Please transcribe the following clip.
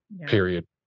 period